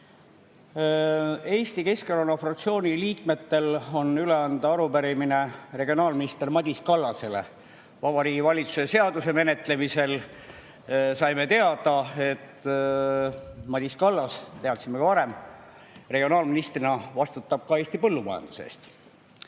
Eesti Keskerakonna fraktsiooni liikmetel on üle anda arupärimine regionaalminister Madis Kallasele. Vabariigi Valitsuse seaduse menetlemisel saime teada, et Madis Kallas – teadsime ka varem – regionaalministrina vastutab ka Eesti põllumajanduse eest.